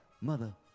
Mother